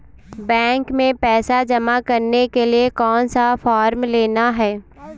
Bank में पैसा जमा करने के लिए कौन सा फॉर्म लेना है?